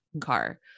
car